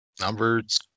numbers